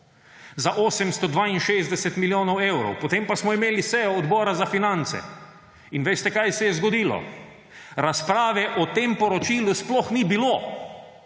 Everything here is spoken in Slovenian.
za 862 milijonov evrov. Potem pa smo imeli sejo Odbora za finance. In veste, kaj se je zgodilo? Razprave o tem poročilu sploh ni bilo.